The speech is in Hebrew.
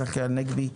צחי הנגבי,